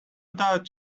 doubt